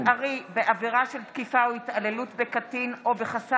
(עונש מזערי בעברה של תקיפה או התעללות בקטין או בחסר